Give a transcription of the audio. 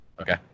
Okay